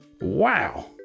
Wow